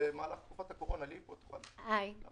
במהלך תקופת הקורונה התקופות לא --- שר